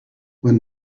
when